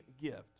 gift